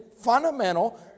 fundamental